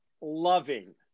loving